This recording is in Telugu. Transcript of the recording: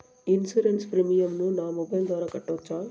ఇన్సూరెన్సు ప్రీమియం ను నా మొబైల్ ద్వారా కట్టొచ్చా?